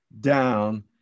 down